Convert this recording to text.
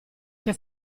che